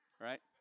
right